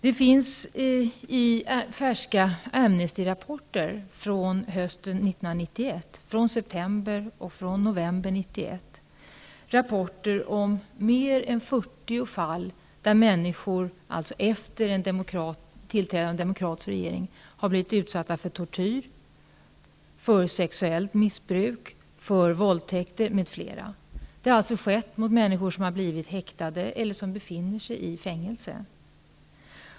Det finns färska Amnestyrapporter från september och november 1991 om mer än 40 fall där människor har blivit utsatta för tortyr, sexuellt missbruk, våldtäkter m.m. Det är alltså efter det att en demokratisk regering har tillträtt. Det har skett mot människor som har blivit häktade eller som befinner sig i fängelse.